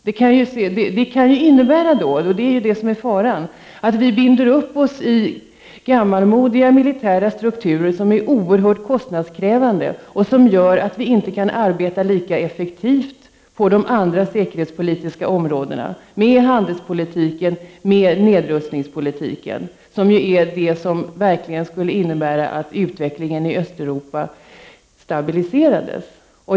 Faran är att vi binder upp oss i gammalmodiga militära strukturer som är mycket kostnadskrävande och gör att vi inte kan arbeta lika effektivt på de andra säkerhetspolitiska områdena — handelspolitik, nedrustningspolitik — som verkligen skulle innebära att utvecklingen i Östeuropa stabiliserades.